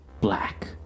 black